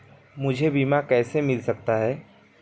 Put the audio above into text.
मुझे बीमा कैसे मिल सकता है?